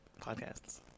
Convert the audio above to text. podcasts